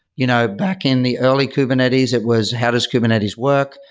you know back in the early kubernetes, it was how does kubernetes work.